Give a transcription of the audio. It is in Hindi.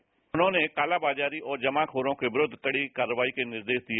मुख्यमंत्री ने कालाबाजारी और जमाखोरों के विरुद्ध कड़ी कार्रवाई के निर्देश दिए